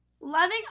loving